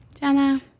Jenna